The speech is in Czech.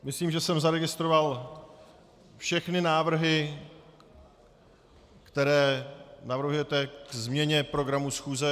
Myslím, že jsem zaregistroval všechny návrhy, které navrhujete ke změně programu schůze.